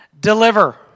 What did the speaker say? deliver